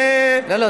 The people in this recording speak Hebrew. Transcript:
לא.